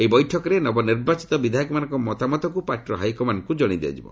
ଏହି ବୈଠକରେ ନବନିର୍ବାଚିତ ବିଧାୟକମାନଙ୍କ ମତାମତକୁ ପାର୍ଟିର ହାଇକମାଣ୍ଡଙ୍କୁ ଜଣାଇ ଦିଆଯିବ